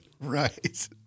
Right